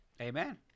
amen